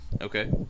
Okay